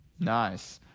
Nice